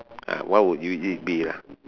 uh what would you it be lah